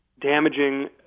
damaging